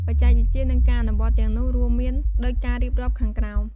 បច្ចេកវិទ្យា និងការអនុវត្តទាំងនោះរួមមានដូចការរៀបរាប់ខាងក្រោម។